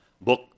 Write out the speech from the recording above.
book